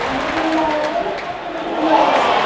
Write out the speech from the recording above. মিটিংটা হয়ে গেলে সব কিছু ক্লিয়ার হয়ে যাবে